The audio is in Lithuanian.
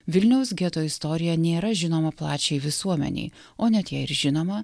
vilniaus geto istorija nėra žinoma plačiai visuomenei o net jei ir žinoma